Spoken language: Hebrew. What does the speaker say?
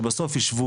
שבסוף ישבו,